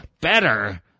Better